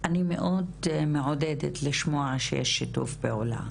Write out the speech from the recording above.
אני מאוד מעודדת לשמוע שיש שיתוף פעולה,